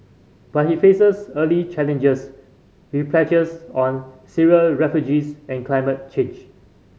but he faces early challenges with pledges on Syrian refugees and climate change